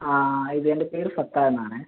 ആ ഇത് എൻ്റെ പേര് സത്താർ എന്നാണ്